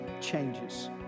changes